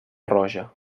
roja